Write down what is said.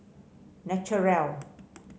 naturel